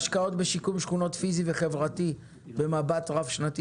דווקא התקדם; השקעות בשיקום שכונות פיזי וחברתי במבט רב-שנתי